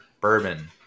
bourbon